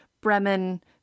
Bremen